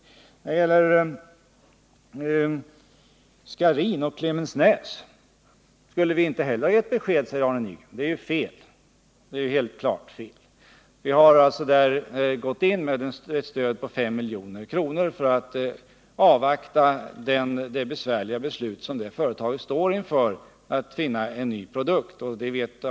Inte heller när det gäller Scharins och Klemensnäs skall vi ha gett besked, säger Arne Nygren. Detta är klart felaktigt. Vi har här gett ett stöd på 5 milj.kr. i avvaktan på en lösning av det besvärliga problemet att finna en ny produkt för det företaget.